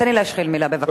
תן לי להשחיל מלה בבקשה.